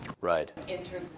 Right